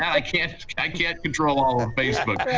now i can't i can't control all of facebook.